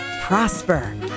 prosper